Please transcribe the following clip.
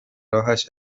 راهش